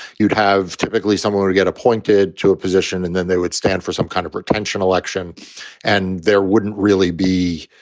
you'd have typically someone to get appointed to a position and then they would stand for some kind of retention election and there wouldn't really be,